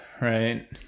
right